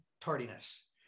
tardiness